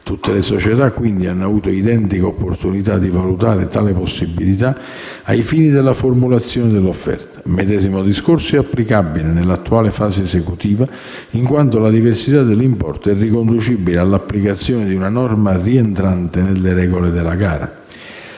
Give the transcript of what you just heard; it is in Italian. Tutte le società, quindi, hanno avuto identica opportunità di valutare tale possibilità ai fini della formulazione dell'offerta. Il medesimo discorso è applicabile nell'attuale fase esecutiva in quanto la diversità dell'importo è riconducibile all'applicazione di una norma rientrante nelle regole di gara.